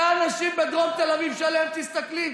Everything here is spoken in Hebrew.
אלה האנשים בדרום תל אביב שעליהם תסתכלי?